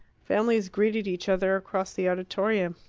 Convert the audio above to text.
families greeted each other across the auditorium.